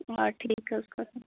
آ ٹھیٖک حظ کَرو